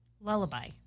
Lullaby